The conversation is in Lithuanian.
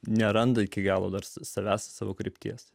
neranda iki galo nors savęs savo krypties